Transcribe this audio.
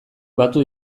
batu